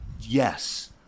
yes